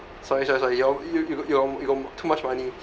sorry sorry sorry y~ you y~ y~ you got too much money